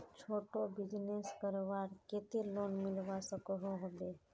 छोटो बिजनेस करवार केते लोन मिलवा सकोहो होबे?